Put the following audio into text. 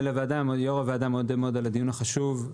ליו"ר הוועדה על הדיון החשוב,